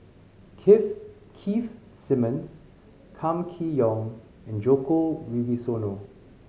Keith Simmons Kam Kee Yong and Djoko Wibisono